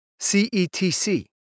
CETC